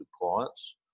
clients